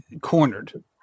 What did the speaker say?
cornered